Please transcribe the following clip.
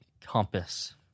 compass